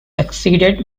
succeeded